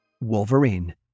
Wolverine